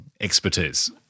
expertise